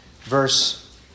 verse